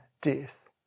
death